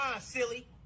silly